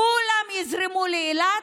כולם יזרמו לאילת,